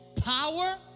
power